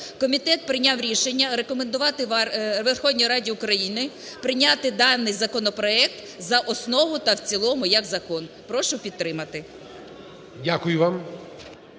комітет прийняв рішення рекомендувати Верховній Раді України прийняти даний законопроект за основу та в цілому як закон. Прошу підтримати. ГОЛОВУЮЧИЙ.